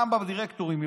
גם בדירקטורים,